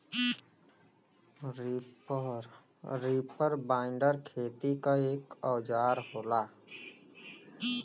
reaper binder खेती क एक औजार होला